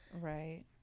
Right